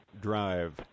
drive